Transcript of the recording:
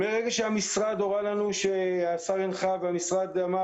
מרגע שהמשרד הורה לנו שהשר הנחה והמשרד אמר,